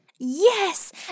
Yes